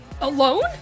Alone